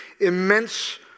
immense